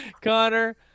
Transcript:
Connor